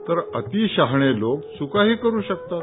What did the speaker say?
तर अतिशहाणे लोक चुकाही करू शकतात